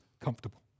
comfortable